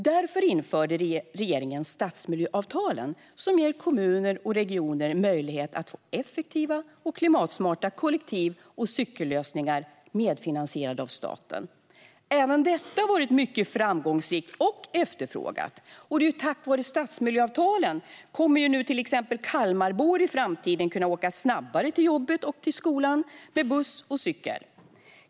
Därför införde regeringen stadsmiljöavtalen, som ger kommuner och regioner möjlighet att få effektiva och klimatsmarta kollektiv och cykellösningar medfinansierade av staten. Även detta har varit mycket framgångsrikt och efterfrågat. Tack vare stadsmiljöavtalen kommer nu till exempel Kalmarbor i framtiden att kunna åka snabbare till jobbet och till skolan med buss och cykel.